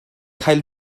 cael